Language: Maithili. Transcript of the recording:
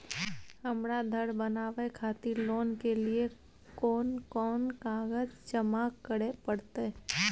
हमरा धर बनावे खातिर लोन के लिए कोन कौन कागज जमा करे परतै?